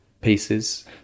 pieces